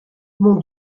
mon